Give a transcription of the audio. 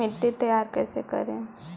मिट्टी तैयारी कैसे करें?